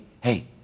hey